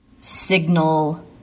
Signal